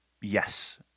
Yes